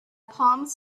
palms